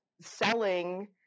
selling